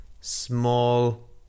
small